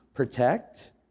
protect